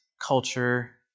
culture